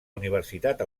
universitat